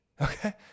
Okay